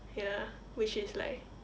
ya which is like